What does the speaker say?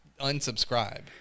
unsubscribe